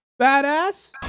Badass